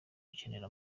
gukenera